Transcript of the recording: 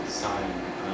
sign